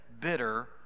bitter